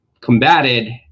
combated